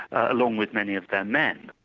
along with many of their men.